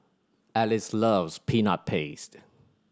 Alice loves Peanut Paste